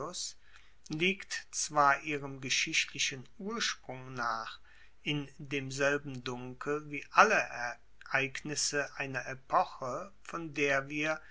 liegt zwar ihrem geschichtlichen ursprung nach in demselben dunkel wie alle ereignisse einer epoche von der wir